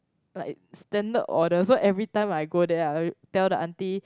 like standard order so every time I go there I tell the aunty